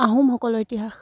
আহোমসকলৰ ইতিহাস